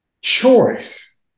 choice